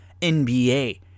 NBA